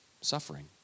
suffering